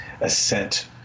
ascent